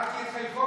קראתי את חלקו